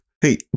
Hey